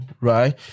Right